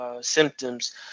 symptoms